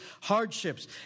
hardships